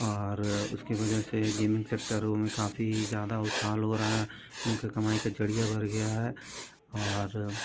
और उसकी वजह से गेमिंग सेक्टरों में काफ़ी ज़्यादा उछाल हो रहा है उनकी कमाई का ज़रिया भन गया है और